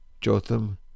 Jotham